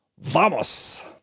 Vamos